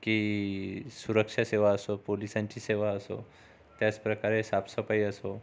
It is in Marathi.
की सुरक्षा सेवा असो पोलिसांची सेवा असो त्याचप्रकारे साफसफाई असो